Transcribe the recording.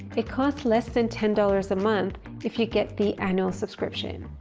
it costs less than ten dollars a month if you get the annual subscription.